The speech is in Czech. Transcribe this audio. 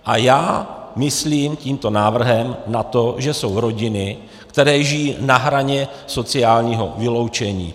A já myslím tímto návrhem na to, že jsou rodiny, které žijí na hraně sociálního vyloučení.